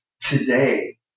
today